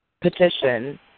petition